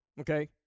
Okay